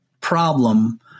problem